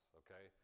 okay